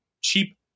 cheap